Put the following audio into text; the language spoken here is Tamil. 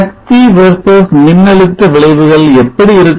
சக்தி versus மின்னழுத்த வளைவுகள் எப்படி இருக்கும்